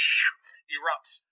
erupts